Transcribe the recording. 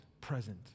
present